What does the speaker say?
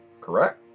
Correct